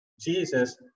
Jesus